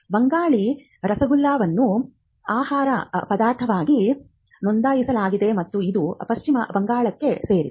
ಬಂಗಾಳಿ ರಾಸೊಗೊಲ್ಲಾವನ್ನು ಆಹಾರ ಪದಾರ್ಥವಾಗಿ ನೋಂದಾಯಿಸಲಾಗಿದೆ ಮತ್ತು ಇದು ಪಶ್ಚಿಮ ಬಂಗಾಳಕ್ಕೆ ಸೇರಿದೆ